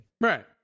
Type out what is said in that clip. Right